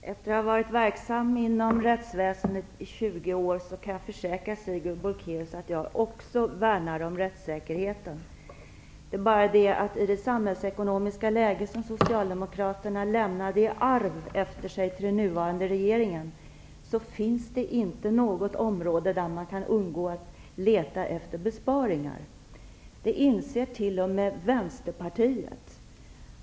Herr talman! Jag har varit verksam i rättsväsendet i 20 år, och jag kan försäkra Sigrid Bolkéus att även jag värnar om rättsäkerheten. I det samhällsekonomiska läge som Socialdemokraterna lämnade efter sig i arv till den nuvarande regeringen finns det inte något område där man kan undgå att leta efter besparingar. Det inser t.o.m. Vänsterpartiet.